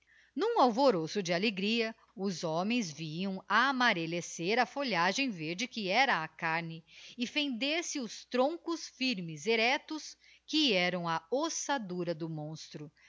n'um alvoroço de alegria os homens viam amarellecer a folhagem verde que era a carne e fender se os troncos firmes erectos que eram a ossadura do monstro